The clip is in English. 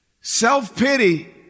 Self-pity